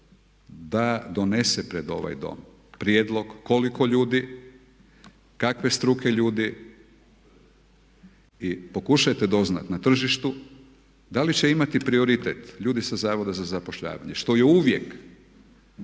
Vlada donese pred ovaj dom prijedlog koliko ljudi, kakve struke ljudi i pokušajte doznati na tržištu da li će imati prioritet ljudi sa Zavoda za zapošljavanje, što je uvijek